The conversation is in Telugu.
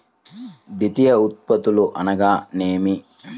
ద్వితీయ ఉత్పత్తులు అనగా నేమి?